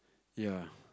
ya